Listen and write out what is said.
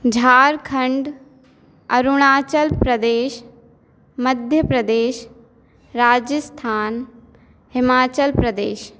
Jharkhand Arunachal Pradesh Madhya Pradesh Rajasthan Himachal Pradesh